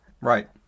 Right